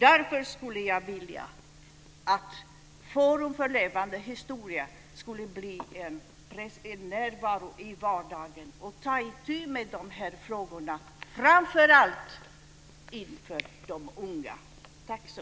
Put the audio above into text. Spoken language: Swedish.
Därför skulle jag vilja att Forum för levande historia skulle bli närvarande i vardagen och ta itu med de här frågorna, framför allt inför de unga.